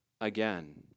again